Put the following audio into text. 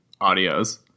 audios